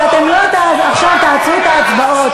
ואתם לא תעצרו עכשיו את ההצבעות.